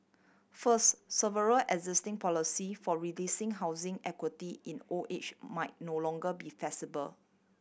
first several existing policy for releasing housing equity in old age might no longer be feasible